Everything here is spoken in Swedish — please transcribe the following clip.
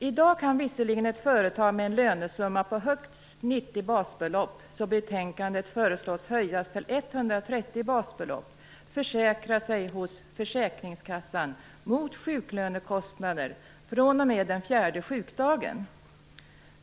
I dag kan visserligen ett företag med en lönesumma på högst 90 basbelopp, som i betänkandet föreslås höjas till 130 basbelopp, försäkra sig hos försäkringskassan mot sjuklönekostnader fr.o.m. den fjärde sjukdagen.